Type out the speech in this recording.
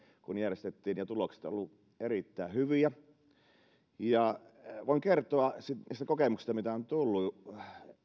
kun järjestettiin ja tulokset ovat olleet erittäin hyviä voin kertoa siitä kokemuksesta mitä on tullut